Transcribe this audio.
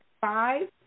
five